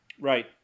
Right